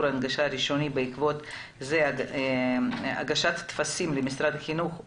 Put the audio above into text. --- בעקבות זה הגשת טפסים למשרד החינוך.